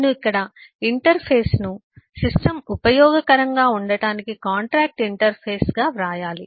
నేను ఇక్కడ interface ను సిస్టమ్ ఉపయోగకరంగా ఉండటానికి కాంట్రాక్టు ఇంటర్ ఫేస్ గా వ్రాయాలి